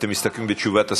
אתם מסתפקים בתשובת השר,